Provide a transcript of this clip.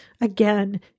again